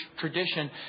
tradition